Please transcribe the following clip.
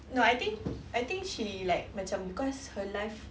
no I think I think she like macam because her life